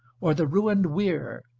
or the ruined weir,